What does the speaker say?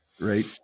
Right